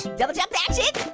double jump action,